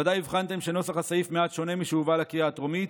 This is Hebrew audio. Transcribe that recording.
ודאי הבחנתם שנוסה הסעיף מעט שונה משהובא לקריאה הטרומית,